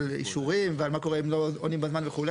אישורים ועל מה קורה אם לא עונים בזמן וכו',